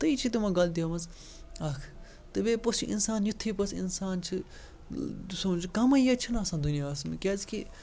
تہِ یہِ چھِ تِمو غلطیو منٛز اَکھ تہٕ بیٚیہِ پوٚتُس چھِ اِنسان یُتھُے پوٚتُس اِنسان چھِ ٕ سونٛچہِ کَمٲے ییٲژ چھَنہٕ آسان دُنیاہَس منٛز کیٛازِکہِ